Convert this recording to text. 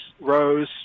Rose